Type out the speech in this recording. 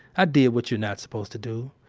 ah did what you're not supposed to do.